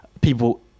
people